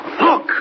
Look